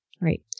right